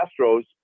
Astros